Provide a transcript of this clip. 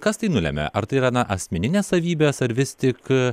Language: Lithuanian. kas tai nulemia ar tai yra na asmeninės savybės ar vis tik